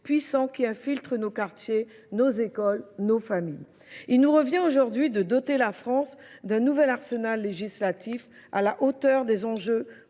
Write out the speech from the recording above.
puissants qui infiltrent nos quartiers, nos écoles, nos familles. Il nous revient aujourd'hui de doter la France d'un nouvel arsenal législatif à la hauteur des enjeux